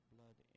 Blood